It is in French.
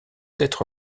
être